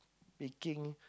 picking